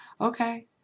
Okay